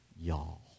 y'all